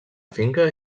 finca